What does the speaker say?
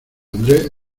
andrés